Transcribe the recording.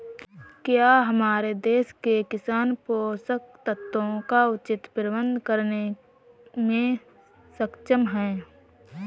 क्या हमारे देश के किसान पोषक तत्वों का उचित प्रबंधन करने में सक्षम हैं?